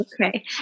Okay